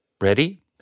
Ready